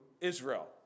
Israel